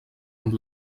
amb